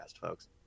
folks